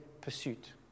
pursuit